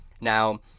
Now